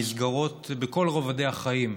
במסגרות בכל רובדי החיים,